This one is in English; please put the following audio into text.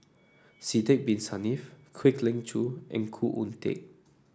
Sidek Bin Saniff Kwek Leng Joo and Khoo Oon Teik